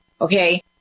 okay